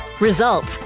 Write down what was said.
results